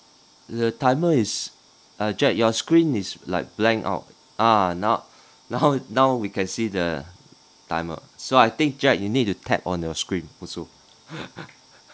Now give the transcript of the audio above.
the timer is uh jack your screen is like blank out ah now now now we can see the timer so I think jack you need to tap on your screen also